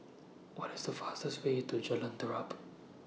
What IS The fastest Way to Jalan Terap